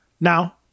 Now